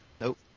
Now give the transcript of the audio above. Nope